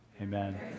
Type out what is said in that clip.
Amen